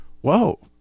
whoa